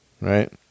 right